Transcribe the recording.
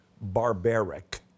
barbaric